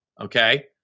okay